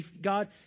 God